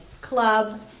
Club